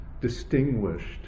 distinguished